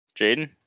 Jaden